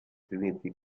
trinity